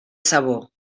sabó